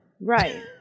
Right